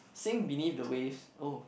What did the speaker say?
sing beneath the waves oh